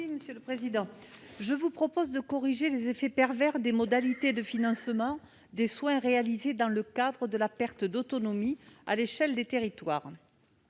Par cet amendement, je vous propose de corriger les effets pervers des modalités de financement des soins réalisés dans le cadre de la perte d'autonomie à l'échelle des territoires.